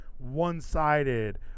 one-sided